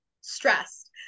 stressed